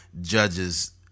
judges